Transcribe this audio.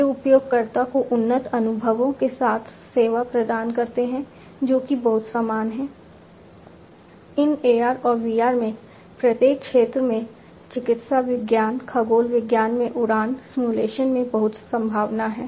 ये उपयोगकर्ता को उन्नत अनुभवों के साथ सेवा प्रदान करते हैं जो कि बहुत समान है इन AR और VR में प्रत्येक क्षेत्र में चिकित्सा विज्ञान खगोल विज्ञान में उड़ान सिमुलेशन में बहुत संभावना है